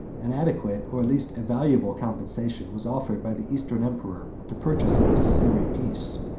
an adequate, or at least a valuable, compensation, was offered by the eastern emperor, to purchase a necessary peace.